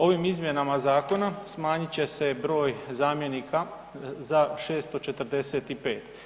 Ovim izmjenama zakona smanjit će se broj zamjenika za 645.